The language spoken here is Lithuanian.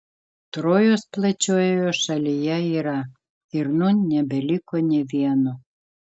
trojos plačiojoje šalyje yra ir nūn nebeliko nė vieno